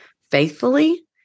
faithfully